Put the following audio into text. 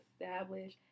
establish